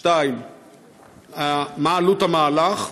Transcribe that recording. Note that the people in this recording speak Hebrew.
3. מה עלות המהלך?